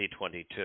2022